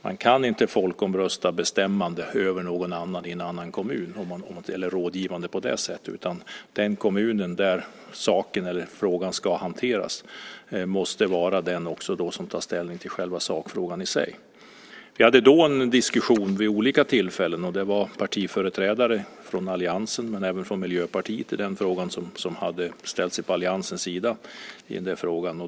Man kan inte folkomrösta bestämmande över någon annan i en annan kommun eller vara rådgivande, utan den kommun där frågan ska hanteras måste också vara den som tar ställning till själva sakfrågan. Vi hade då en diskussion vid olika tillfällen. Där fanns partiföreträdare från alliansen och även från Miljöpartiet, som i den frågan hade ställt sig på alliansens sida.